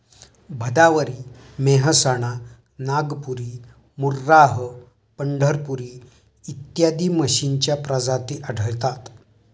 भदावरी, मेहसाणा, नागपुरी, मुर्राह, पंढरपुरी इत्यादी म्हशींच्या प्रजाती आढळतात